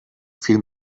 viel